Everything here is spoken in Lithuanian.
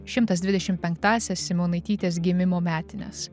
šimtas dvidešim penktąsias simonaitytės gimimo metines